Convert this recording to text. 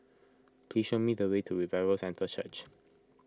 please show me the way to Revival Centre Church